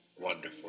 wonderful